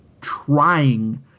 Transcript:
trying